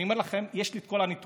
אני אומר לכם, יש לי את כל הנתונים.